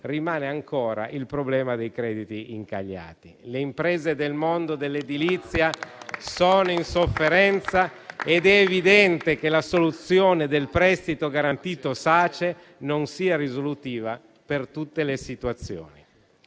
rimane ancora il problema dei crediti incagliati. Le imprese del mondo dell'edilizia sono in sofferenza ed è evidente che la soluzione del prestito garantito Sace non sia risolutiva per tutte le situazioni.